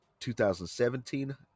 2017